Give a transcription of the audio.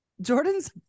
Jordan's